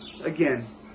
again